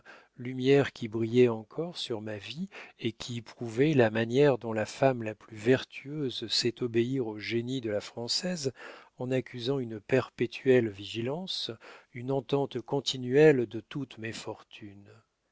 lumière qui brillait encore sur ma vie et qui prouvait la manière dont la femme la plus vertueuse sait obéir au génie de la française en accusant une perpétuelle vigilance une entente continuelle de toutes mes fortunes